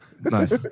Nice